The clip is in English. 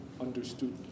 understood